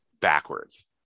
backwards